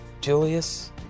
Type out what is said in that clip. Julius